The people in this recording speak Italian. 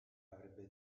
avrebbe